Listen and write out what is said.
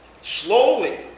Slowly